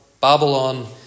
Babylon